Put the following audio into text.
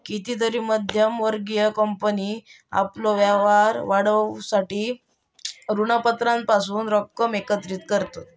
कितीतरी मध्यम वर्गीय कंपनी आपलो व्यापार वाढवूसाठी ऋणपत्रांपासून रक्कम एकत्रित करतत